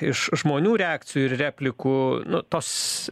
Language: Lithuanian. iš žmonių reakcijų ir replikų nu tos